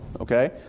okay